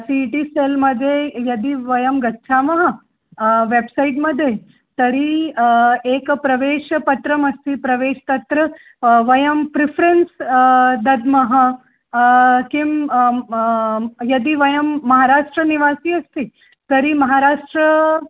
C E T scale मध्ये यदि वयं गच्छामः वेब्सैट् मध्ये तर्हि एकं प्रवेशपत्रमस्ति प्रवेशः तत्र वयं प्रिफ़्रेन्स् दद्मः किं यदि वयं महराष्ट्रनिवासी अस्ति तर्हि महराष्ट्रः